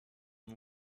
and